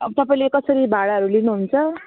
अब तपाईँले कसरी भाडाहरू लिनु हुन्छ